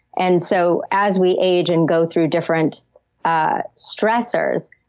and so as we age and go through different ah stressors,